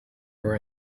were